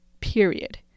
period